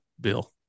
Bill